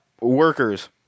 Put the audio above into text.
workers